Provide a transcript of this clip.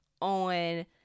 on